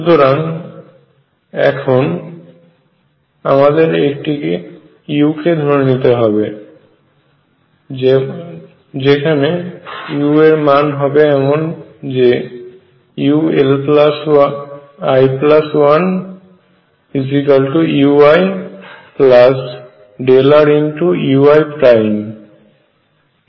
সুতরাং এখন আমাদের একটি u কে ধরে নেওয়া প্রয়োজন যা ui1uiΔrui হবে